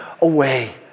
away